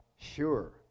sure